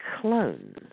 clone